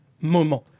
moment